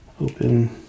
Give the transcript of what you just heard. Open